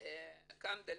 קנדל,